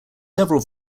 several